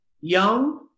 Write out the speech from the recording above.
young